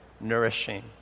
nourishing